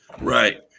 Right